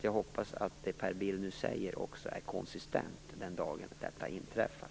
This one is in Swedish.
Jag hoppas att det Per Bill nu säger också är konsistent den dagen detta inträffar.